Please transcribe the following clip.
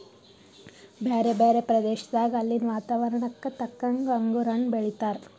ಬ್ಯಾರೆ ಬ್ಯಾರೆ ಪ್ರದೇಶದಾಗ ಅಲ್ಲಿನ್ ವಾತಾವರಣಕ್ಕ ತಕ್ಕಂಗ್ ಅಂಗುರ್ ಹಣ್ಣ್ ಬೆಳೀತಾರ್